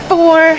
Four